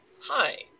Hi